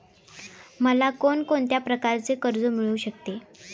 मला कोण कोणत्या प्रकारचे कर्ज मिळू शकते?